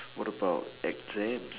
what about exams